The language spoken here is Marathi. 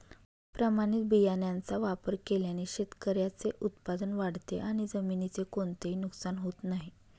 प्रमाणित बियाण्यांचा वापर केल्याने शेतकऱ्याचे उत्पादन वाढते आणि जमिनीचे कोणतेही नुकसान होत नाही